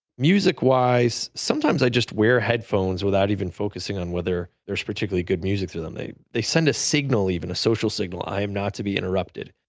music-wise, sometimes i just wear headphones without even focusing on whether there's particularly good music with them. they they send a signal, even a social signal, i am not to be interrupted.